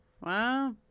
Wow